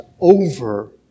over